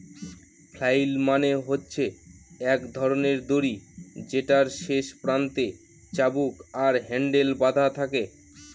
flail মানে হচ্ছে এক ধরনের দড়ি যেটার শেষ প্রান্তে চাবুক আর হ্যান্ডেল বাধা থাকে